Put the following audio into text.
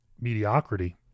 mediocrity